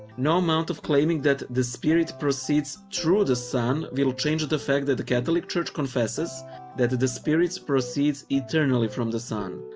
no amount of claiming that the spirit proceeds through the son will change the the fact that the catholic church confesses that the the spirit proceeds eternally from the son.